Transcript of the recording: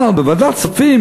אבל בוועדת כספים,